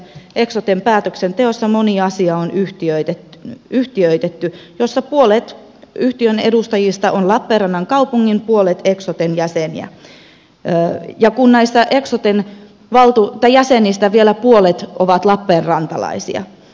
eksoten päätöksenteossa moni asia on yhtiöitetty ja siellä puolet yhtiön edustajista on lappeenrannan kaupungin puolet eksoten jäseniä ja näistä eksoten jäsenistä vielä puolet on lappeenrantalaisia